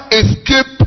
escape